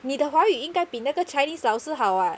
你的华语应该比那个:ni de hua yu ying gai bina ge chinese 老师好 [what]